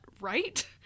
right